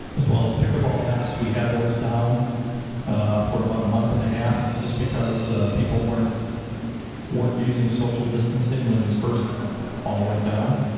as well as pick a ball nets, we had those down for about a month and a half just because people weren't weren't using social distancing when this first all went down.